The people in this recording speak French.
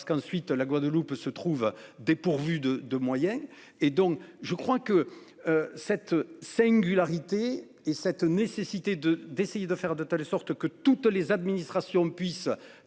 parce qu'ensuite la Guadeloupe se trouvent dépourvus de de moyens et donc je crois que. Cette singularité et cette nécessité de d'essayer de faire de telle sorte que toutes les administrations puissent